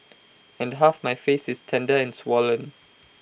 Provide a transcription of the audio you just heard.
and half my face is tender and swollen